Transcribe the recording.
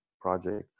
project